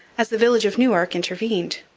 as the village of newark intervened.